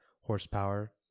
horsepower